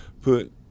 put